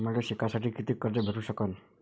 मले शिकासाठी कितीक कर्ज भेटू सकन?